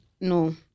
no